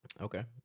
Okay